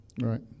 Right